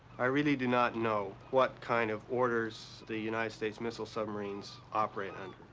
i really do not know what kind of orders the united states missile submarines operate and